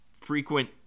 frequent